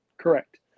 Correct